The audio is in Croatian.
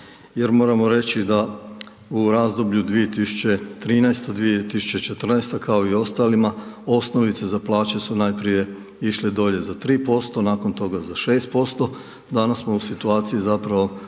moramo reći da u razdoblju 2013.-2014. kao i ostalima, osnovice za plaće su najprije išle dolje za 3%, nakon toga za 6%. Danas smo u situaciji zapravo ovom